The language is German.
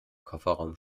kofferraum